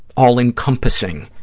all-encompassing.